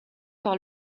par